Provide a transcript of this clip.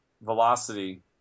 velocity